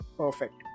perfect